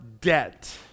debt